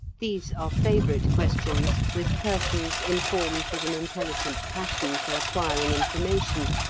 these are favourite questions with persons informed with an intelligent passion for acquiring information,